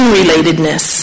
relatedness